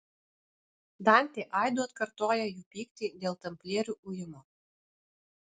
dantė aidu atkartoja jų pyktį dėl tamplierių ujimo